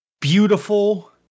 beautiful